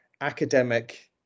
academic